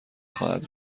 خواهد